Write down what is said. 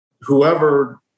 whoever